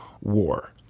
war